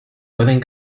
pueden